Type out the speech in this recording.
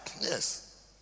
Yes